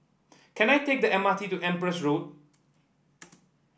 can I take the M R T to Empress Road